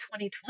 2020